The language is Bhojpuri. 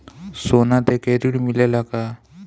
सोना देके ऋण मिलेला का?